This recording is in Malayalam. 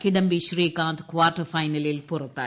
കിഡംബി ശ്രീകാന്ത് ക്വാർട്ടർ ഫൈനലിൽ പുറത്തായി